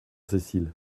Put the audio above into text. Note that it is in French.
cécile